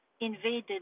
invaded